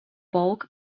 bulk